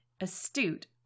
astute